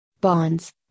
bonds